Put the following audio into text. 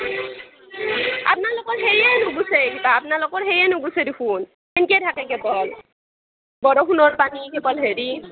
আপ্নালোকৰ সেইয়ে নুগুছে কিবা আপ্নালোকৰ সেইয়ে নুগুছে দেখোন এন্কেই থাকে কেৱল বৰষুণত পানী কেৱল হেৰি